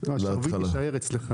השרביט יישאר אצלך.